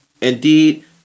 indeed